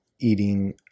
eating